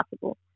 possible